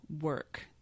work